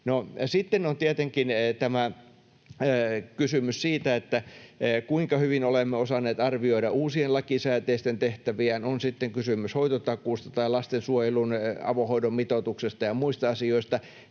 sitten on tietenkin tämä kysymys siitä, kuinka hyvin olemme osanneet arvioida uusien lakisääteisten tehtävien osuuden — on sitten kysymys hoitotakuusta tai lastensuojelun, avohoidon mitoituksesta ja muista asioista.